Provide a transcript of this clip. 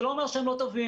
זה לא אומר שהם לא טובים,